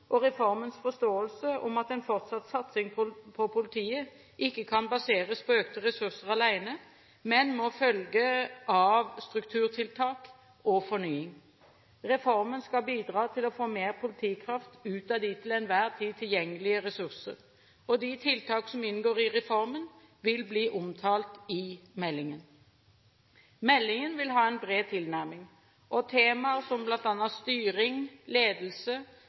og reformens forståelse om at en fortsatt satsing på politiet ikke kan baseres på økte ressurser alene, men må følge av strukturtiltak og fornying. Reformen skal bidra til å få mer politikraft ut av de til enhver tid tilgjengelige ressurser. De tiltak som inngår i reformen, vil bli omtalt i meldingen. Meldingen vil ha en bred tilnærming, og temaer som